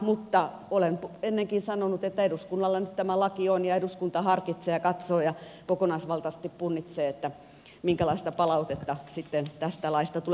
mutta olen ennenkin sanonut että eduskunnalla nyt tämä laki on ja eduskunta harkitsee ja katsoo ja kokonaisvaltaisesti punnitsee minkälaista palautetta tästä laista tulee